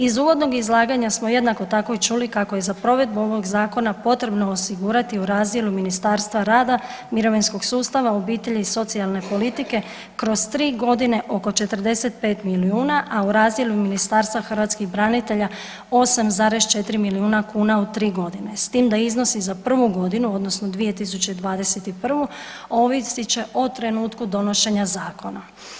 Iz uvodnog izlaganja smo jednako tako i čuli kako je za provedbu ovog zakona potrebno osigurati u razdjelu Ministarstva rada, mirovinskog sustava, obitelji i socijalne politike kroz 3.g. oko 45 milijuna, a u razdjelu Ministarstva hrvatskih branitelja 8,4 milijuna kuna u 3.g. s tim da iznosi za prvu godinu odnosno 2021. ovisit će o trenutku donošenja zakona.